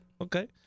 Okay